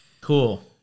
Cool